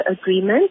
agreement